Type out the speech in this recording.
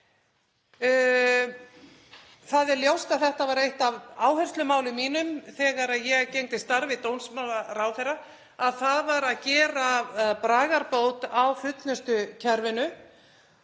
Það er ljóst að eitt af áherslumálum mínum þegar ég gegndi starfi dómsmálaráðherra var að gera bragarbót á fullnustukerfinu.